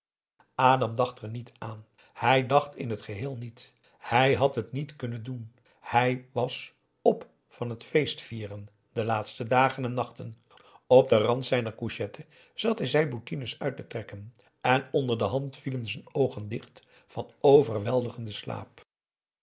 adam dacht er niet aan hij dacht in het geheel niet hij had het niet kunnen doen hij was p van het feestvieren de laatste dagen en nachten op den rand zijner couchette zat hij zijn bottines uit te trekken en onder de hand vielen z'n oogen dicht van overweldigenden slaap